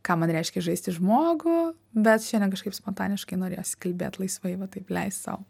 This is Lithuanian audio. ką man reiškia žaisti žmogų bet šiandien kažkaip spontaniškai norėjosi kalbėt laisvai va taip leist sau